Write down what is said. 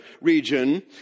region